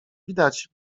widać